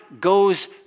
goes